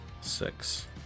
six